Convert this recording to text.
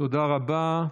תודה רבה.